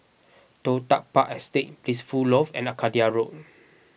Toh Tuck Park Estate Blissful Loft and Arcadia Road